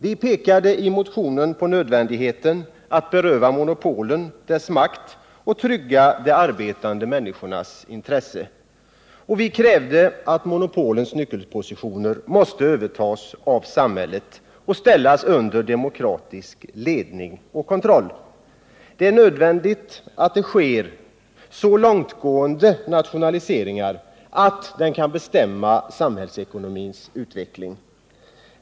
Vi pekade i motionen på nödvändigheten av att beröva monopolen deras makt och trygga de arbetande människornas intressen, och vi krävde att monopolens nyckelpositioner skulle övertas av samhället och ställas under demokratisk ledning och kontroll. Det är nödvändigt att det sker en så långtgående nationalisering att den kan bestämma samhällsekonomins utveckling.